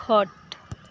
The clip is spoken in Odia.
ଖଟ